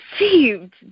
received